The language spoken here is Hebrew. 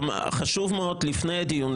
חשוב מאוד לפני הדיון,